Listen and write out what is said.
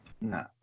No